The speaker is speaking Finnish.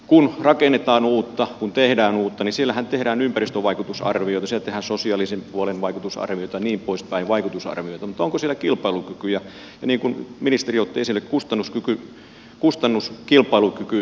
kun rakennetaan uutta kun tehdään uutta niin siellähän tehdään ympäristövaikutusarvioita siellä tehdään sosiaalisen puolen vaikutusarvioita ja niin poispäin vaikutusarvioita mutta onko siellä niin kuin ministeri otti esille kustannus ja kilpailukykyarvioita